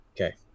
Okay